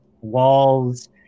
Walls